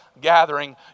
gathering